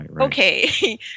okay